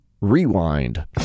Rewind